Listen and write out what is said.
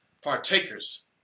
partakers